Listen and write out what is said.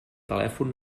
telèfon